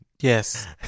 yes